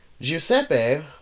Giuseppe